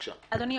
אדוני,